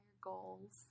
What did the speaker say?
goals